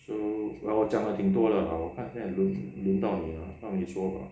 so ya 我讲得挺多了啦我看看轮到你到你说了